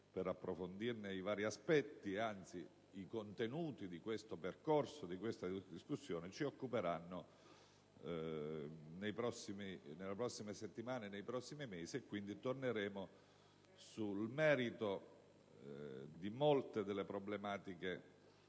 per approfondirne i vari aspetti poiché i contenuti di questo percorso e di questa discussione ci occuperanno nelle prossime settimane e nei prossimi mesi e, quindi, torneremo sul merito di molte delle problematiche